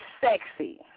sexy